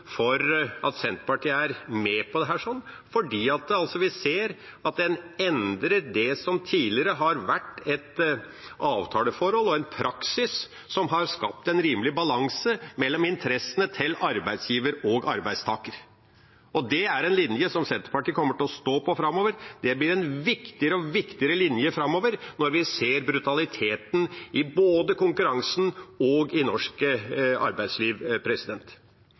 for at Senterpartiet er med på dette, for vi ser at man endrer det som tidligere har vært et avtaleforhold og en praksis som har skapt en rimelig balanse mellom interessene til arbeidsgiver og arbeidstaker. Det er en linje som Senterpartiet kommer til å stå på framover. Det blir en viktigere og viktigere linje framover når vi ser brutaliteten både i konkurransen og i norsk arbeidsliv.